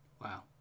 Wow